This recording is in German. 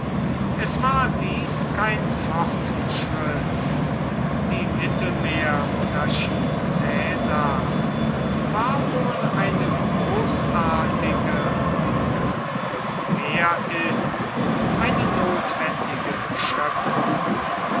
es war dies kein fortschritt die mittelmeermonarchie caesars war wohl eine großartige und was mehr ist eine notwendige schöpfung